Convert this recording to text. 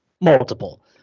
Multiple